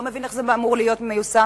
לא מבין איך זה אמור להיות מיושם,